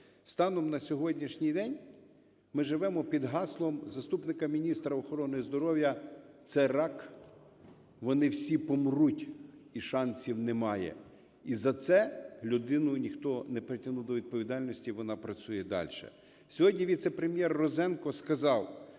станом на сьогоднішній день, ми живемо під гаслом заступника міністра охорони здоров'я: "Це рак. Вони всі помруть. І шансів немає". І за це людину ніхто не притягнув до відповідальності, вона працює далі. Сьогодні віце-прем'єр Розенко сказав,